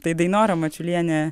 tai dainora mačiulienė